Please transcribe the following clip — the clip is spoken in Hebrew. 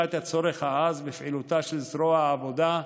את הצורך העז בפעילותה של זרוע העבודה,